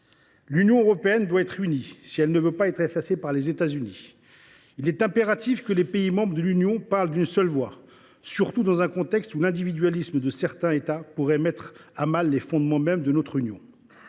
l’Union européenne se montre unie si elle ne veut pas être effacée par les États Unis. Il est impératif que les pays membres parlent d’une seule voix, surtout dans un contexte où l’individualisme de certains États pourrait mettre à mal les fondements mêmes de notre union.